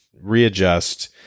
readjust